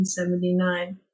1979